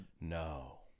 No